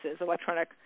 electronic